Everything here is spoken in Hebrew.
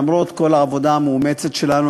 למרות כל העבודה המאומצת שלנו,